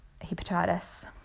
hepatitis